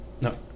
no